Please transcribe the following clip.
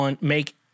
make